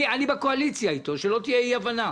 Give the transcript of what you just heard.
אני בקואליציה אתו, שלא תהיה אי הבנה,